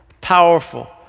powerful